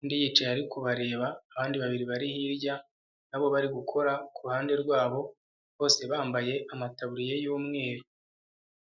undi yicaye ariko bareba abandi babiri bari hirya na bo bari gukora ku ruhande rwabo bose bambaye amataburiya y'umweru.